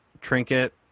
trinket